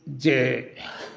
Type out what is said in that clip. जे